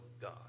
god